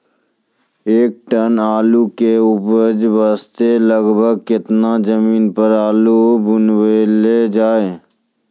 एक टन आलू के उपज वास्ते लगभग केतना जमीन पर आलू बुनलो जाय?